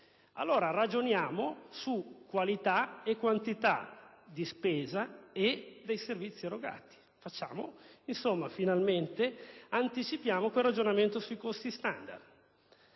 Allora, ragioniamo su qualità e quantità di spesa e dei servizi erogati; anticipiamo finalmente il ragionamento sui costi standard.